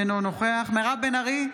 אינו נוכח מירב בן ארי,